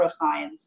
neuroscience